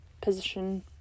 position